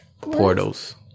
Portals